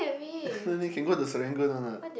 you can go to the Serangoon one [what]